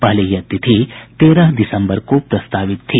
पहले यह तिथि तेरह दिसम्बर को प्रस्तावित थी